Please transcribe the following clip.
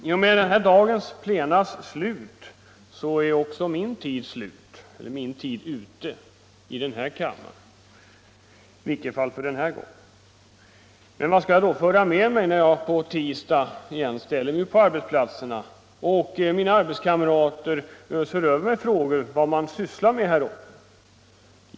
I och med att dagens plenum är slut är också min tid i den här kammaren ute — åtminstone för den här gången. Vad skall jag då föra med mig hem till mina arbetskamrater, när jag på tisdag står på arbetsplatsen igen och de kommer med sina frågor om vad vi sysslar med här uppe?